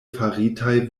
faritaj